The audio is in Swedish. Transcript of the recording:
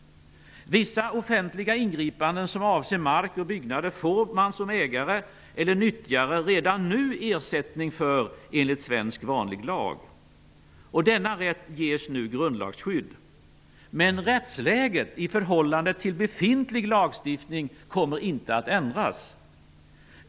Vissa offentliga ingripanden, som avser mark och byggnader, får man som ägare eller nyttjare redan nu ersättning för enligt svensk vanlig lag. Denna rätt ges nu grundlagsskydd. Men rättsläget i förhållande till befintlig lagstifning kommer inte att ändras.